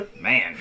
Man